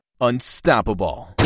unstoppable